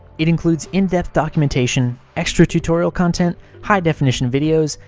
it includes in-depth documentation, extra tutorial content, high definition videos,